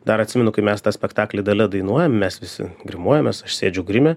dar atsimenu kai mes tą spektaklį dalia dainuojam mes visi grimuojamės aš sėdžiu grime